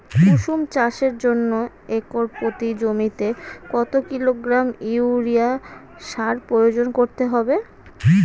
কুসুম চাষের জন্য একর প্রতি জমিতে কত কিলোগ্রাম ইউরিয়া সার প্রয়োগ করতে হবে?